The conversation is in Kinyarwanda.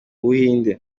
buhinde